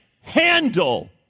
handle